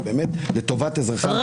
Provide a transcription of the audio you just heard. ובאמת לטובת אזרחי המדינה נעשה דיון ענייני.